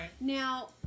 Now